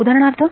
उदाहरणार्थ